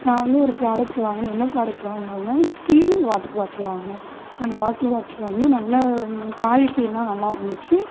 நான் வந்து ஒரு ப்ராடக்ட்டு வாங்குனேன் என்ன ப்ராடக்ட்டு வாங்குனேன் அப்படின்னா ஸ்டீல் வாட்ரு பாட்டல் வாங்கினேன் அந்த வாட்ரு பாட்டல் வந்து நல்ல குவாலிட்டிலாம் நல்லா இருந்துச்சு